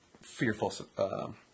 fearful